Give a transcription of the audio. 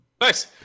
Nice